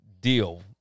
deal